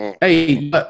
Hey